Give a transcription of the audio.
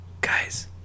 guys